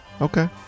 Okay